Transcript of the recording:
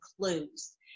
clues